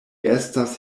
estas